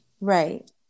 right